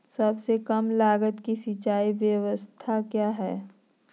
सबसे कम लगत की सिंचाई ब्यास्ता क्या है?